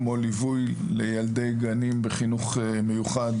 כמו ליווי לילדי גנים בחינוך המיוחד.